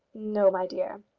no, my dear.